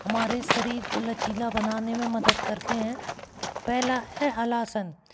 हमारे शरीर को लचीला बनाने में मदद करते हैं पहला है हलासन